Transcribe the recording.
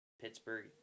Pittsburgh